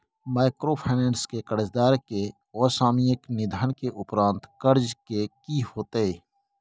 Microfinance के कर्जदार के असामयिक निधन के उपरांत कर्ज के की होतै?